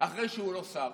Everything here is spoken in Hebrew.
אחרי שהוא לא שר,